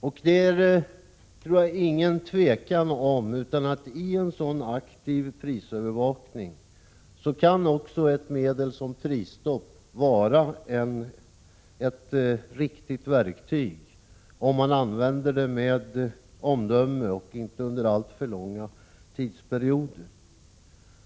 Jag tror att det inte råder något tvivel om att i en sådan aktiv prisövervakning kan också ett medel som prisstopp vara ett riktigt verktyg, om man använder det med omdöme och inte under alltför långa tidsperioder.